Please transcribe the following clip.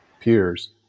peers